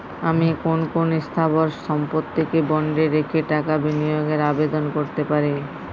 আমি কোন কোন স্থাবর সম্পত্তিকে বন্ডে রেখে টাকা বিনিয়োগের আবেদন করতে পারি?